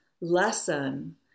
lesson